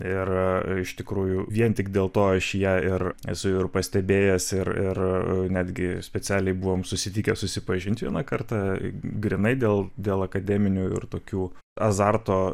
ir iš tikrųjų vien tik dėl to aš ją ir esu pastebėjęs ir ir netgi specialiai buvom susitikę susipažinti vieną kartą grynai dėl dėl akademinių ir tokių azarto